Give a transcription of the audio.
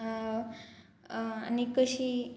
आनी कशी